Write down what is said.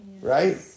right